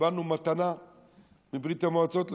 קיבלנו מתנה מברית המועצות לשעבר,